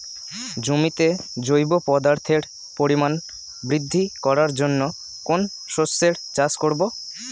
জমিতে জৈব পদার্থের পরিমাণ বৃদ্ধি করার জন্য কোন শস্যের চাষ করবো?